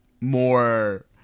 more